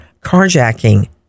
carjacking